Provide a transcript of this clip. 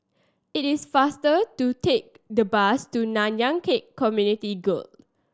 it is faster to take the bus to Nanyang Khek Community Guild